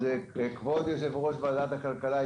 אז קודם כל זה